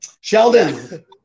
Sheldon